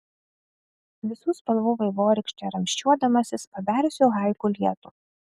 visų spalvų vaivorykšte ramsčiuodamasis pabersiu haiku lietų